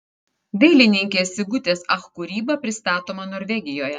dailininkės sigutės ach kūryba pristatoma norvegijoje